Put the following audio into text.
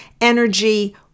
energy